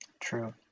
true